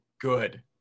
Good